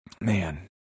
man